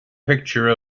picture